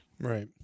Right